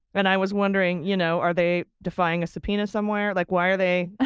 and i was wondering, you know, are they defying a subpoena somewhere? like why are they.